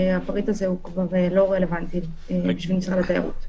הפריט הזה כבר לא רלוונטי למשרד התיירות.